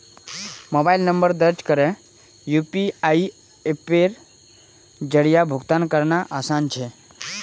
mobile number दर्ज करे UPI अप्पेर जरिया भुगतान करना आसान छे